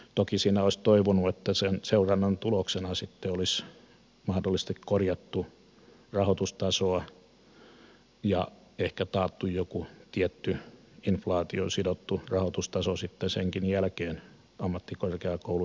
toki olisi toivonut että sen seurannan tuloksena sitten olisi mahdollisesti korjattu rahoitustasoa ja ehkä taattu joku tietty inflaatioon sidottu rahoitustaso sitten senkin jälkeen ammattikorkeakoulujen toiminnalle